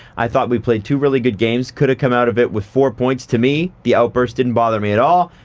i thought we played two really good games, could have come out of it with four points to me. the outburst didn't bother me at all.